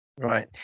Right